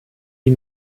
die